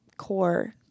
core